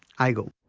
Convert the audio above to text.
i go.